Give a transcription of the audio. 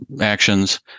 actions